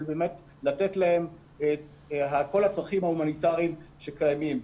לתת להם את כל הצרכים ההומניטריים שקיימים,